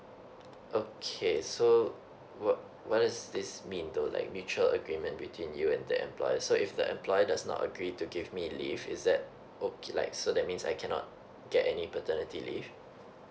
okay so what what does this mean though like mutual agreement between you and the employer so if the employer does not agree to give me leave is that okay like so that means I cannot get any paternity leave